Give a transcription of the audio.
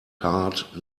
heart